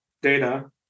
data